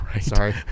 Sorry